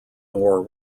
ore